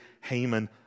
Haman